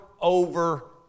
over